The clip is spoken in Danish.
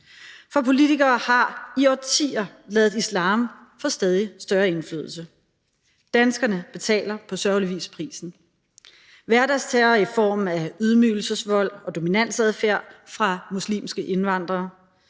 For politikere har i årtier ladet islam få stadig større indflydelse. Danskerne betaler på sørgelig vis prisen: hverdagsterror i form af ydmygelsesvold og dominansadfærd fra muslimske indvandrere;